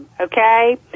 okay